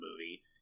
movie